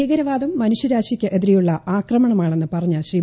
ഭീകരവാദം മനുഷ്യരാശിയ്ക്ക് എതിരെയുള്ള ആക്രമണമാണെന്ന് പറഞ്ഞ ശ്രീ